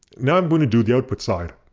now i'm going to do the output side.